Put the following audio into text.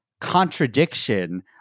contradiction